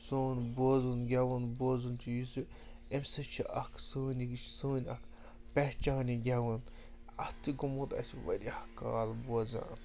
سون بوزُن گٮ۪وُن بوزُن چھِ یُس یہِ اَمہِ سۭتۍ چھِ اَکھ سٲنۍ یہِ چھِ سٲنۍ اَکھ پہچان یہِ گٮ۪وَن اَتھ تہِ گوٚمُت اَسہِ واریاہ کال بوزان